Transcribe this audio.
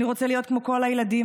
אני רוצה להיות כמו כל הילדים.